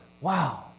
wow